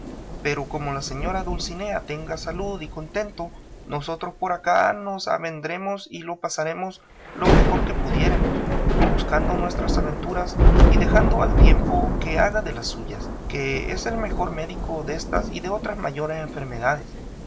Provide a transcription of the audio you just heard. pero como la señora dulcinea tenga salud y contento nosotros por acá nos avendremos y lo pasaremos lo mejor que pudiéremos buscando nuestras aventuras y dejando al tiempo que haga de las suyas que él es el mejor médico destas y de otras mayores enfermedades